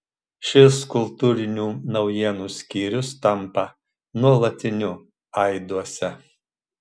šis kultūrinių naujienų skyrius tampa nuolatiniu aiduose